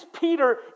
Peter